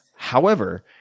however,